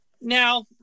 now